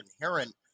inherent